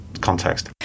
context